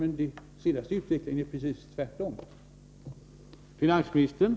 Men den senaste utvecklingen är precis den motsatta.